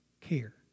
care